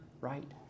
right